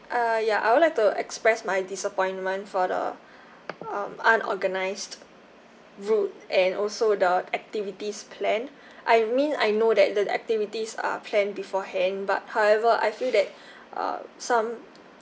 err ya I would like to express my disappointment for the um unorganised route and also the activities plan I mean I know that the activities are planned beforehand but however I feel that uh some